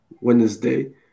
Wednesday